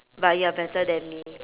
but you're better than me